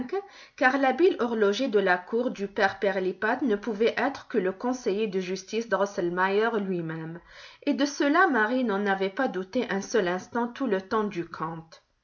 car l'habile horloger de la cour du père pirlipat ne pouvait être que le conseiller de justice drosselmeier lui même et de cela marie n'en avait pas douté un seul instant tout le temps du conte